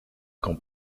quand